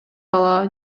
бала